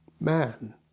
man